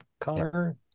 Connor